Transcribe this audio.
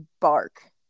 bark